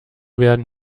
werden